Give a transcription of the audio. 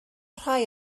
rhai